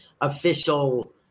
official